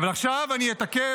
עכשיו אני אתעכב,